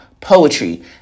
poetry